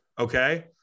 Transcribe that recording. Okay